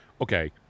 Okay